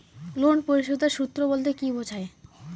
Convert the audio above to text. Loan পরিশোধের সূএ বলতে কি বোঝায়?